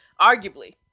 arguably